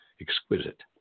exquisite